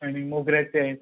आणि मोगऱ्याची आहेत